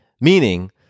meaning